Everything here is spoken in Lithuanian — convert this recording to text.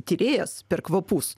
tyrėjas per kvapus